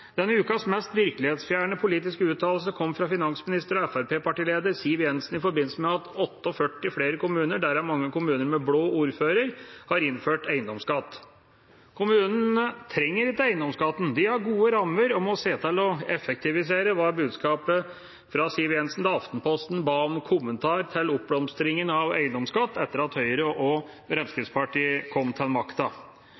Denne ukens mest virkelighetsfjerne politiske uttalelse kom fra finansminister og Fremskrittspartiets partileder, Siv Jensen, i forbindelse med at 48 flere kommuner, derav mange kommuner med blå ordfører, har innført eiendomsskatt. Kommunene trenger ikke eiendomsskatten, de har gode rammer og må se til å effektivisere, var budskapet fra Siv Jensen da Aftenposten ba om en kommentar til oppblomstringen av eiendomsskatt etter at Høyre og Fremskrittspartiet kom til